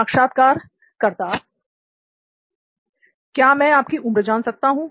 साक्षात्कारकर्ता क्या मैं आपकी उम्र जान सकता हूं